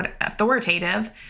authoritative